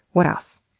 what else?